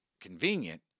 convenient